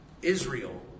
Israel